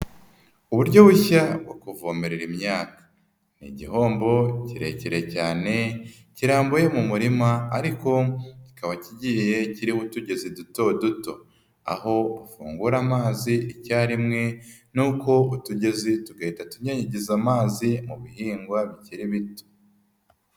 Uburyo bushya bwo kuvomerera imyaka ni igihombo kirekire cyane kirambuye mu murima ariko kikaba kigiye kirimo utugezi duto duto, aho ufungura amazi icyarimwe nuko utugezi tugahita tunyanyagiza amazi mu bihingwa bikiri bito.